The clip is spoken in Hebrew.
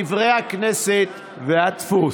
דברי הכנסת והדפוס,